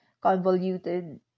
convoluted